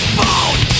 bone